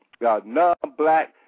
non-black